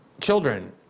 children